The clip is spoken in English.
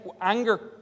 anger